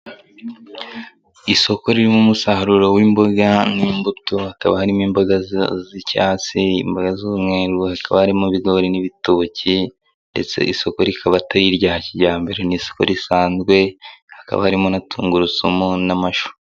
Isoko ririmo umusaruro w'imboga n'imbuto, hakaba harimo imboga z'icyatsi, imboga z'umweru, hakaba harimo ibigori n'ibitoki ndetse isoko rikaba atari irya kijyambere, ni isoko risanzwe hakaba harimo na tungurusumu n'amashu.